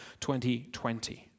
2020